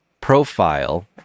profile